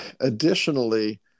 Additionally